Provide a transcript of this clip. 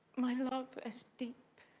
my love as deep